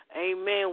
Amen